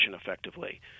effectively